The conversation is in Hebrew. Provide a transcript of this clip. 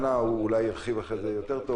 אולי הוא ירחיב אחרי זה יותר טוב,